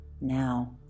now